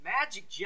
Magic